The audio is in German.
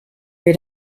wir